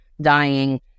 dying